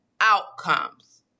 outcomes